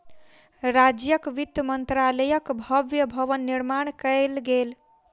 राज्यक वित्त मंत्रालयक भव्य भवन निर्माण कयल गेल